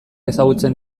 ezagutzen